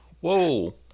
Whoa